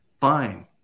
Fine